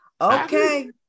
Okay